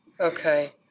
Okay